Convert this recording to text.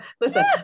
Listen